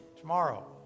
Tomorrow